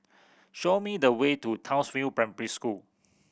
show me the way to Townsville Primary School